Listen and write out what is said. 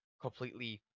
completely